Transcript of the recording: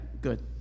good